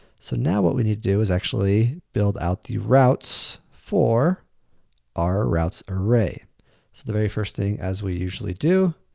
so, now what we need to do is actually build out the routes for our routes array so the very first thing as we usually do.